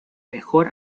mejor